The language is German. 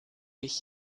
ich